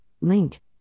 Link